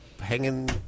hanging